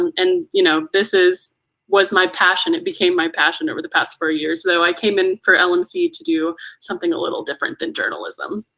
um and you know this was my passion, it became my passion over the past four years, though i came in for lmc, to do something a little different than journalism.